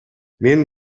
мен